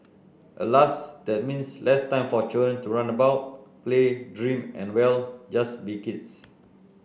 alas that means less time for children to run about play dream and well just be kids